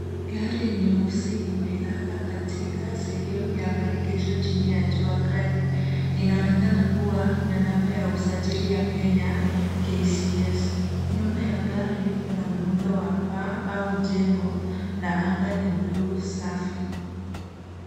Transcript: Gari nyeusi limelala katika sehemu ya maegesho chini ya jua kali. Inaonekana kua na namba ya usajili ya Kenya KCS. Nyuma ya gari, kuna muundo wa paa au jengo na anga ni blue safi.